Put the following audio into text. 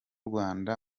rwanda